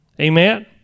Amen